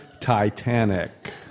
Titanic